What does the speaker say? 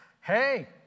Hey